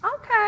okay